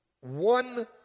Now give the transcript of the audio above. one